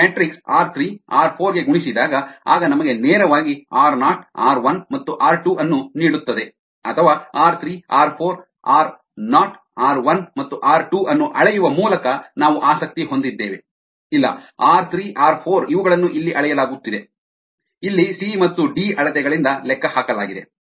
ಈ matrix R 3 R 4 ಗೆ ಗುಣಿಸಿದಾಗ ಆಗ ನಮಗೆ ನೇರವಾಗಿ ಆರ್ ನಾಟ್ ಆರ್ 1 ಮತ್ತು ಆರ್ 2 ಅನ್ನು ನೀಡುತ್ತದೆ ಅಥವಾ R 3 R 4 R naught R 1 ಮತ್ತು ಆರ್ 2 ಅನ್ನು ಅಳೆಯುವ ಮೂಲಕ ನಾವು ಆಸಕ್ತಿ ಹೊಂದಿದ್ದೇವೆ ಇಲ್ಲ ಆರ್ 3 ಆರ್ 4 ಇವುಗಳನ್ನು ಇಲ್ಲಿ ಅಳೆಯಲಾಗುತ್ತಿದೆ ಇಲ್ಲಿ ಸಿ ಮತ್ತು ಡಿ ಅಳತೆಗಳಿಂದ ಲೆಕ್ಕಹಾಕಲಾಗಿದೆ